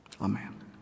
Amen